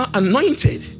anointed